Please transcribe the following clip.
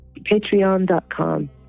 Patreon.com